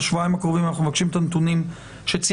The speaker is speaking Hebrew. בשבועיים הקרובים אנחנו מבקשים את הנתונים שציינתי,